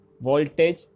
voltage